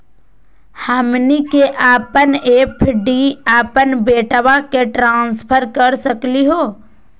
हमनी के अपन एफ.डी अपन बेटवा क ट्रांसफर कर सकली हो?